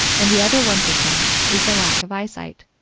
and the other one per cent is the lack of eyesight.